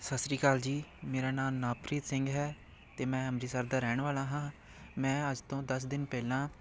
ਸਤਿ ਸ਼੍ਰੀ ਅਕਾਲ ਜੀ ਮੇਰਾ ਨਾਂ ਨਵਪ੍ਰੀਤ ਸਿੰਘ ਹੈ ਅਤੇ ਮੈਂ ਅੰਮ੍ਰਿਤਸਰ ਦਾ ਰਹਿਣ ਵਾਲਾ ਹਾਂ ਮੈਂ ਅੱਜ ਤੋਂ ਦਸ ਦਿਨ ਪਹਿਲਾਂ